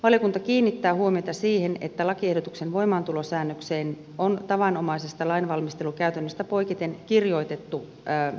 valiokunta kiinnittää huomiota siihen että lakiehdotuksen voimaantulosäännökseen on tavanomaisesta lainvalmistelukäytännöstä poiketen kirjoitettu voimaantulopäivämäärä